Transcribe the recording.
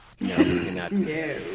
no